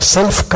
Self